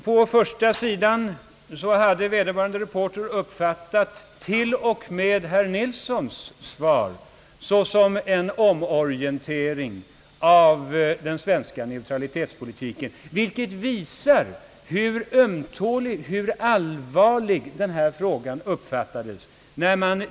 På första sidan hade vederbörande reporter mycket riktigt tolkat till och med herr Nilssons svar såsom en omorientering av den svenska neutralitetspolitiken, vilket visar hur allvarligt denna händelse har uppfattats.